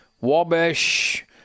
Wabash